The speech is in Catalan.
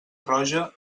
roja